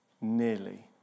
nearly